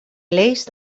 leest